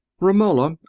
Romola